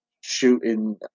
shooting